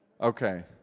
Okay